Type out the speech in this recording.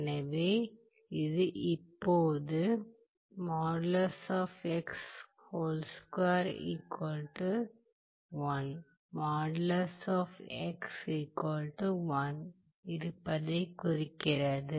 எனவே இது இப்போது இருப்பதைக் குறிக்கிறது